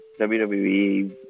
WWE